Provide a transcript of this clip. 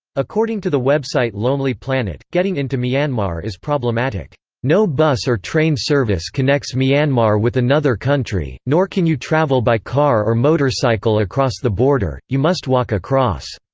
according to the website lonely planet, getting into myanmar is problematic no bus or train service connects myanmar with another country, nor can you travel by car or motorcycle across the border you must walk across.